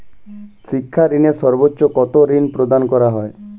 শিক্ষা ঋণে সর্বোচ্চ কতো ঋণ প্রদান করা হয়?